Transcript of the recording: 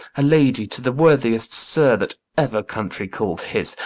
a lady to the worthiest sir that ever country call'd his!